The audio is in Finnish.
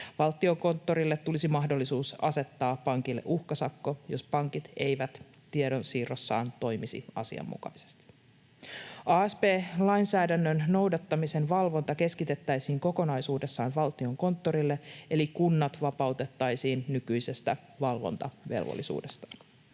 Valtiokonttorille tulisi mahdollisuus asettaa pankille uhkasakko, jos pankit eivät tiedonsiirrossaan toimisi asianmukaisesti. Asp-lainsäädännön noudattamisen valvonta keskitettäisiin kokonaisuudessaan Valtiokonttorille, eli kunnat vapautettaisiin nykyisestä valvontavelvollisuudesta.